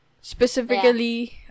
Specifically